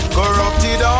corrupted